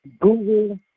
Google